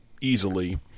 easily